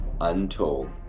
Untold